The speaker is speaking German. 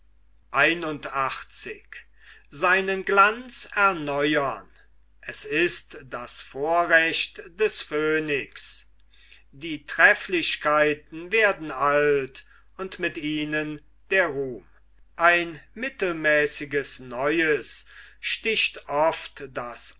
es ist das vorrecht des phönix die trefflichkeiten werden alt und mit ihnen der ruhm ein mittelmäßiges neues sticht oft das